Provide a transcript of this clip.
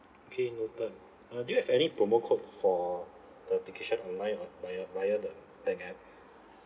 K noted uh do you have any promo code for the application online or via via the bank app